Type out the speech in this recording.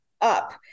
up